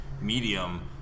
medium